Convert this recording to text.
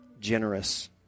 generous